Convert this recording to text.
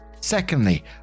secondly